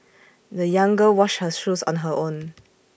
the young girl washed her shoes on her own